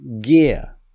gear